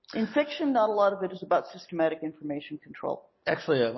in fiction, not a lot of it is about systematic information control. actually,